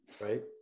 Right